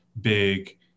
big